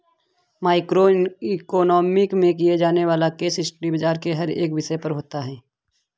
micro economics में किया जाने वाला केस स्टडी बाजार के हर एक विषय पर होता है